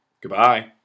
Goodbye